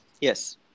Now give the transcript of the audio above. Yes